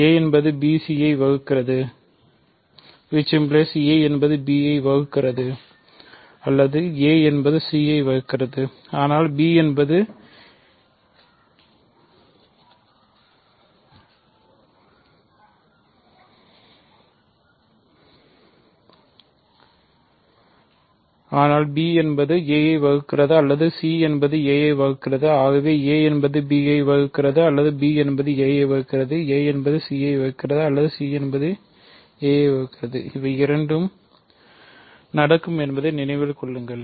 a என்பது bc ஐ வகுக்கிறது a என்பது b ஐ வகுக்கிறது or a என்பதுc ஐ வகுக்கிறது ஆனால்b என்பது a ஐ வகுக்கிறது அல்லது c என்பது a ஐ வகுக்கிறது ஆகவே a என்பது b ஐ வகுக்கிறதுஅல்லது b என்பது a ஐ வகுக்கிறது a என்பது c ஐ வகுக்கிறது அல்லது c என்பது a ஐ வகுக்கிறது இவை இரண்டும் நடக்கும் என்பதை நினைவில் கொள்ளுங்கள்